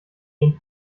ihren